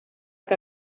que